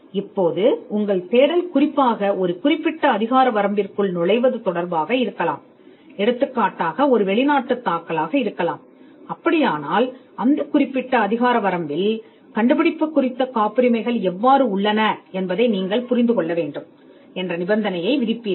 எனவே அல்லது உங்கள் தேடல் குறிப்பாக ஒரு குறிப்பிட்ட அதிகார வரம்பிற்குள் நுழைய வேண்டுமானால் ஒரு வெளிநாட்டுத் தாக்கல் என்றால் ஒரு குறிப்பிட்ட அதிகார வரம்பில் இந்த கண்டுபிடிப்புக்கான காப்புரிமை என்ன என்பதை நீங்கள் புரிந்து கொள்ள வேண்டும் என்று நீங்கள் நிபந்தனை செய்வீர்கள்